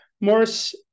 Morris